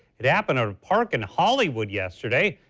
it happened obpark and hollywood yesterday.